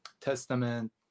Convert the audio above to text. Testament